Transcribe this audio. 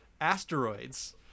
asteroids